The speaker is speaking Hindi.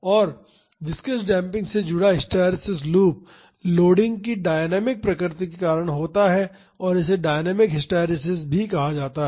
और विस्कॉस डेम्पिंग से जुड़ा हिस्टैरिसीस लूप लोडिंग की डायनामिक प्रकृति के कारण होता है और इसे डायनेमिक हिस्टैरिसीस कहा जाता है